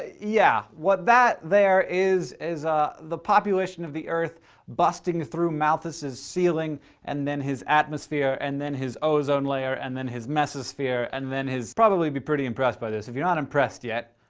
yeah. what that there is, is ah, the population of the earth busting through malthus's ceiling and then his atmosphere and then his ozone layer and then his mesosphere and then his probably be pretty impressed by this. if you're not impressed yet,